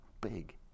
big